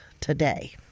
today